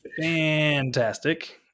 Fantastic